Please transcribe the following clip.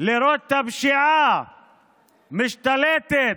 לראות את הפשיעה משתלטת